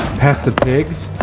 pass the pigs.